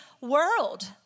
world